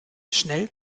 schnell